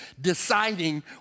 deciding